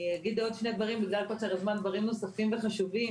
אני אגיד עוד שני דברים נוספים וחשובים.